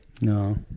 no